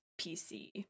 PC